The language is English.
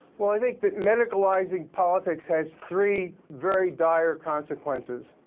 well, i think that medicalizing politics has three very dire consequences.